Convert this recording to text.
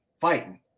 Fighting